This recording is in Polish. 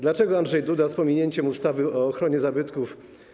Dlaczego Andrzej Duda, z pominięciem ustawy o ochronie zabytków,